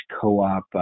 co-op